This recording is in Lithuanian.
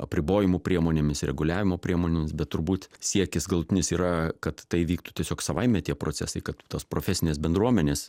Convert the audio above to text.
apribojimų priemonėmis reguliavimo priemonėms bet turbūt siekis galutinis yra kad tai vyktų tiesiog savaime tie procesai kad tos profesinės bendruomenės